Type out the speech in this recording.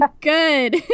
good